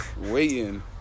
Waiting